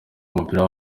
w’umupira